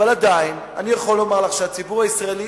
אבל עדיין אני יכול לומר לך שהציבור הישראלי,